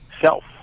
self